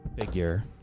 figure